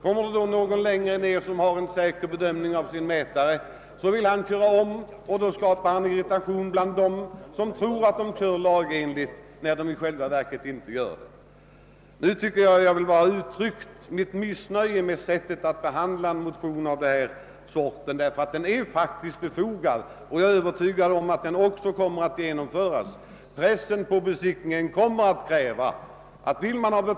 Om någon i slutet av kön vet att hans mätare fungerar riktigt, vill han kanske köra om och skapar därför irritation hos dem som tror att de kört lagenligt, ehuru de i själva verket kör långsammare än de har rätt till. Jag har velat uttrycka mitt missnöje med sättet att behandla dessa motioner. Jag är också övertygad om att förslaget, som är befogat, kommer att genomföras.